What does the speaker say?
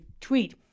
tweet